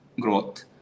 growth